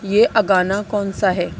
یہ اگانا کون سا ہے